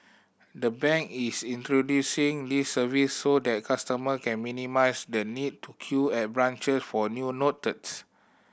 the bank is introducing this service so that customer can minimise the need to queue at branche for new notice